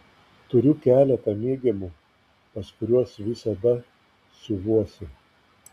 turiu keletą mėgiamų pas kuriuos visada siuvuosi